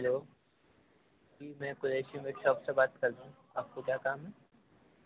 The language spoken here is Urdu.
ہیلو جی میں میٹ شاپ سے بات کر رہا ہوں آپ کو کیا کام ہے